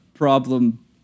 Problem